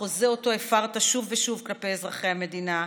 בחוזה שאותו הפרת שוב ושוב כלפי אזרחי המדינה,